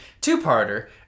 Two-parter